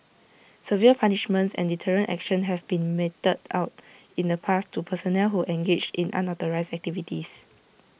severe punishments and deterrent action have been meted out in the past to personnel who engaged in unauthorised activities